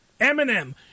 Eminem